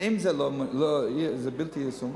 אם הם חושבים שזה בלתי ישים,